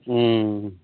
ও